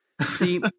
see